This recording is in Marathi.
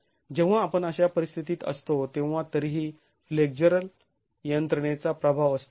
जेव्हा आपण अशा परिस्थितीत असतो तेव्हा तरीही फ्लेक्झर यंत्रणेचा प्रभाव असतो